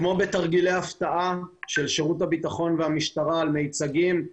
כמו בתרגילי הפתעה של שירות הביטחון והמשטרה על מיצגים.